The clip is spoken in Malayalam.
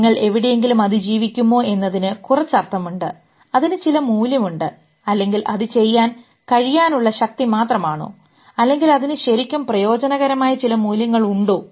നിങ്ങൾ എവിടെയെങ്കിലും അതിജീവിക്കുമോ എന്നതിന് കുറച്ച് അർഥമുണ്ട് അതിന് ചില മൂല്യമുണ്ട് അല്ലെങ്കിൽ അത് ചെയ്യാൻ കഴിയാനുള്ള ശക്തി മാത്രമാണോ അല്ലെങ്കിൽ അതിന് ശരിക്കും പ്രയോജനകരമായ ചില മൂല്യങ്ങൾ ഉണ്ടോ